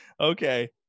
Okay